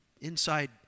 inside